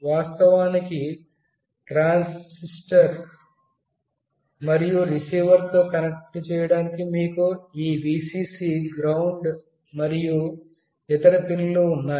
వాస్తవానికి ట్రాన్స్మిటర్ మరియు రిసీవర్తో పాటు కనెక్ట్ చేయడానికి మీకు ఈ Vcc గ్రౌండ్ మరియు ఇతర పిన్లు ఉన్నాయి